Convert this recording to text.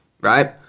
Right